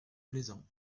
plaisant